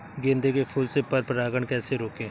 गेंदे के फूल से पर परागण कैसे रोकें?